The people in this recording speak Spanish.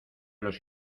los